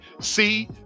see